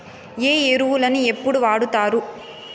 ఏ ఎరువులని ఎప్పుడు వాడుతారు?